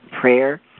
Prayer